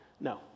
No